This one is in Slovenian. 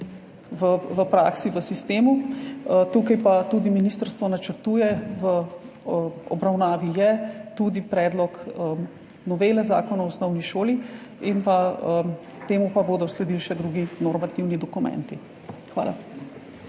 v praksi, v sistemu. Tu pa tudi ministrstvo načrtuje oziroma v obravnavi je tudi predlog novele Zakona o osnovni šoli, temu pa bodo sledili še drugi normativni dokumenti. Hvala.